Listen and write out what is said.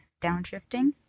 downshifting